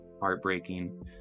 heartbreaking